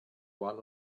one